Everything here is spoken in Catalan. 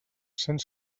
cents